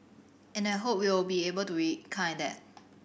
and I hope we'll be able to rekindle that